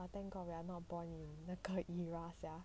!wah! thank god we are not born in 那个 era sia